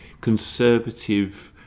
conservative